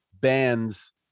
bands